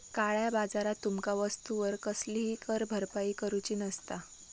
काळया बाजारात तुमका वस्तूवर कसलीही कर भरपाई करूची नसता